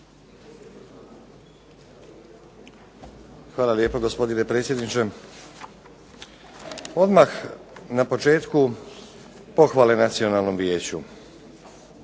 Hvala lijepo gospodine predsjedniče. Odmah na početku pohvale Nacionalnom vijeću.